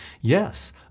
Yes